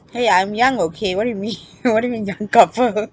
!hey! I'm young okay what you mean what do you mean young couple